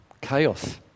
chaos